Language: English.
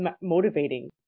motivating